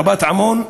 רבת-עמון,